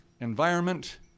environment